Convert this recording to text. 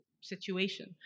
situation